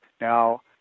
Now